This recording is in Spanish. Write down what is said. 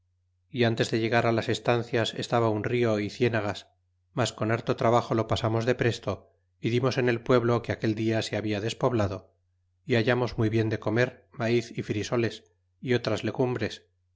y ntes de llegar las estancias estaba un rio y cienagas mas con harto trabajo lo pasamos depresto y dimos en el pueblo que aquel dia se había despoblado y hallamos muy bien de comer maiz y frisoles y otras legumbres